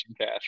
cash